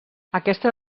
aquesta